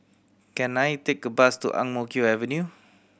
can I take a bus to Ang Mo Kio Avenue